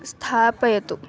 स्थापयतु